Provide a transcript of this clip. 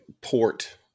port